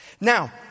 Now